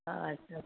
अच्छा